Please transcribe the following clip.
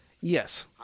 Yes